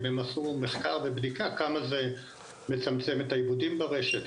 אם הם עשו מחקר ובדיקה כמה זה מצמצם את העיוותים ברשת,